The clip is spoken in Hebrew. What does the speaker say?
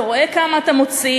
אתה רואה כמה אתה מוציא,